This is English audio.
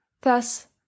Thus